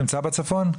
נמצא בצפון?